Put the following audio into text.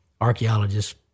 Archaeologists